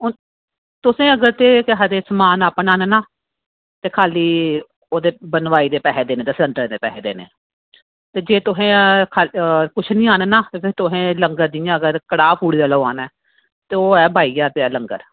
ते तुसें केह् आक्खदे अगर समान अपना आह्नना ते खाल्ली बनवाई दे पैसे देने ते सेंटर दे पैसे देने ते अगर तुसें किश निं आह्न्ना ते जि'यां तुसें कड़ाह् पूड़ियां लोआनियां ऐ ते ओह् ऐ बाई ज्हार रपेआ लंगर